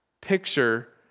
picture